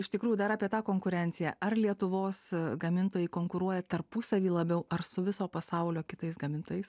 iš tikrųjų dar apie tą konkurenciją ar lietuvos gamintojai konkuruoja tarpusavy labiau ar su viso pasaulio kitais gamintojais